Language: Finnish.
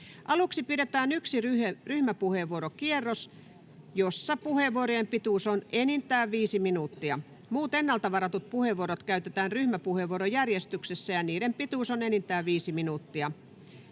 Aluksi pidetään yksi ryhmäpuheenvuorokierros, jossa puheenvuorojen pituus on enintään viisi minuuttia. Muut ennalta varatut puheenvuorot käytetään ryhmäpuheenvuorojärjestyksessä, ja niiden pituus on enintään viisi minuuttia.